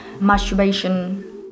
masturbation